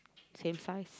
same five